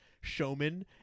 showman